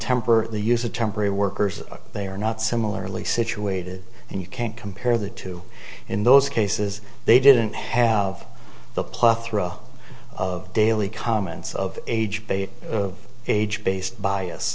temper the use of temporary workers they are not similarly situated and you can't compare the two in those cases they didn't have the plethora of daily comments of age they are of age based bias